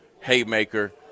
haymaker